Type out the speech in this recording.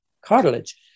cartilage